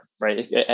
right